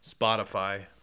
Spotify